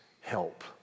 help